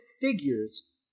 figures